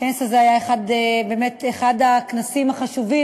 הכנס הזה היה באמת אחד הכנסים החשובים,